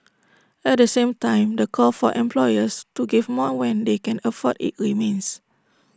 at the same time the call for employers to give more when they can afford IT remains